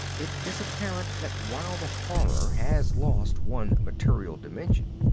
it is apparent that while the horror has lost one material dimension,